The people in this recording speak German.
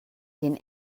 den